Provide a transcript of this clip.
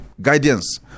guidance